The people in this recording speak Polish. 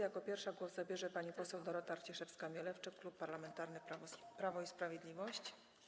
Jako pierwsza głos zabierze pani poseł Dorota Arciszewska-Mielewczyk, Klub Parlamentarny Prawo i Sprawiedliwość.